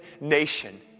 nation